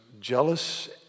jealous